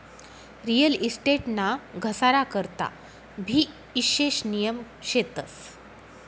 real estate ना घसारा करता भी ईशेष नियम शेतस